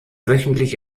wöchentlich